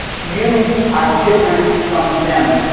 you are different from them.